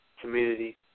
community